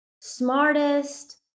smartest